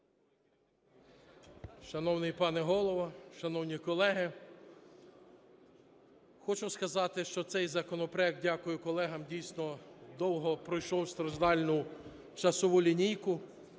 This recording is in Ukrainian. Шановний пане Голово, шановні колеги, хочу сказати, що цей законопроект, дякую колегам, дійсно, довго пройшов страждальну часову лінійку.